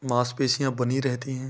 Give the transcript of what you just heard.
माँसपेसियाँ बनी रहती हैं